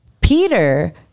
peter